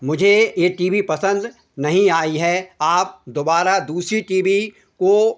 मुझे यह TV पसंद नहीं आई है आप दोबारा दूसरी टी बी को